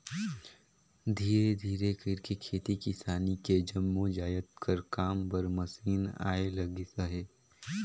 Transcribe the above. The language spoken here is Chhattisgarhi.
धीरे धीरे कइरके खेती किसानी के जम्मो जाएत कर काम बर मसीन आए लगिस अहे